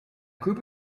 group